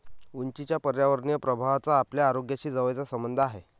उंचीच्या पर्यावरणीय प्रभावाचा आपल्या आरोग्याशी जवळचा संबंध आहे